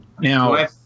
Now